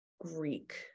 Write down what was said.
Greek